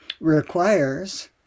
requires